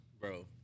Bro